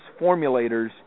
formulators